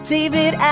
David